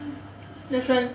that's why